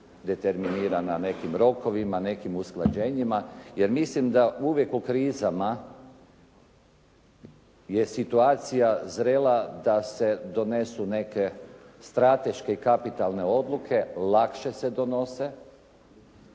determinirana nekim rokovima, nekim usklađenjima, jer mislim da uvijek u krizama je situacija zrela da se donesu neke strateške i kapitalne odluke, lakše se donose